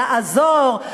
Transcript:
על לעזור,